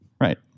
Right